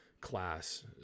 class